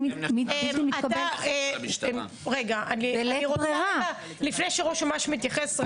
לפני שראש אמ"ש מתייחס,